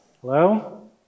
Hello